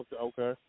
Okay